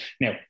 now